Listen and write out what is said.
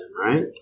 right